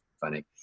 funny